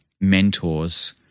mentors